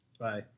bye